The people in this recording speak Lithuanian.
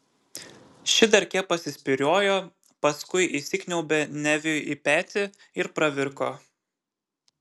ši dar kiek pasispyriojo paskui įsikniaubė neviui į petį ir pravirko